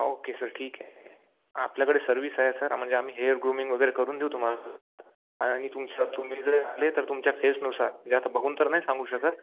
okay sir ठीक आहे आपल्याकडे सर्विस आहे सर आ म्हणजे आम्ही हेअर ग्रूमिंग वगैरे करून देऊ तुम्हाला आणि तुमच्या तुम्ही जर आले तर तुमच्या फेसनुसार म्हणजे आता बघून तर नाही सांगू शकत